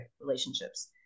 relationships